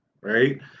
right